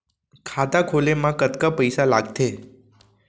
खाता खोले मा कतका पइसा लागथे?